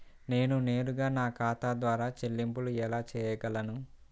నేను నేరుగా నా ఖాతా ద్వారా చెల్లింపులు ఎలా చేయగలను?